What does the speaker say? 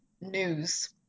news